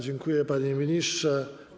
Dziękuję, panie ministrze.